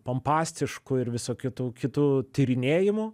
pompastiškų ir visokių tų kitų tyrinėjimų